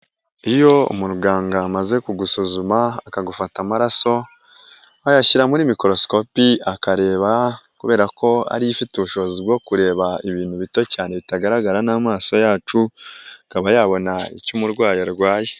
Iyo umuganga amaze kugusuzuma akagufata amaraso, ayashyira muri mikorosikopi, akareba kubera ko ariyo ifite ubushobozi bwo kureba ibintu bito cyane bitagaragara n'amaso yacu, akaba yabona icyo umurwayi arwaye.